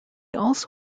also